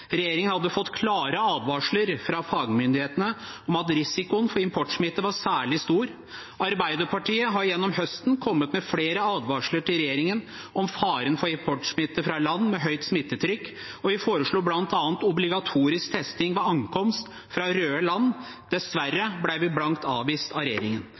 Regjeringen hadde fått klare advarsler fra fagmyndighetene om at risikoen for importsmitte var særlig stor. Arbeiderpartiet har gjennom høsten kommet med flere advarsler til regjeringen om faren for importsmitte fra land med høyt smittetrykk, og vi foreslo bl.a. obligatorisk testing ved ankomst fra røde land. Dessverre ble dette blankt avvist av regjeringen